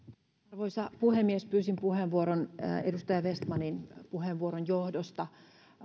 arvoisa puhemies pyysin puheenvuoron edustaja vestmanin puheenvuoron johdosta